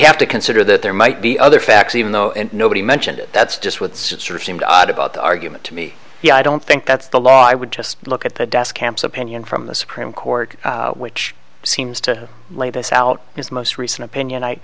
have to consider that there might be other facts even though nobody mentioned it that's just what's sort of seemed odd about the argument to me yeah i don't think that's the law i would just look at the desk camp's opinion from the supreme court which seems to lay this out his most recent opinion